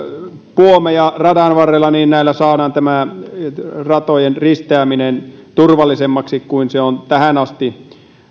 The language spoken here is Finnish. puomeja radan varrella näillä saadaan ratojen risteäminen turvallisemmaksi kuin se on tähän asti